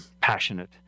passionate